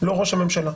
לא ראש הממשלה.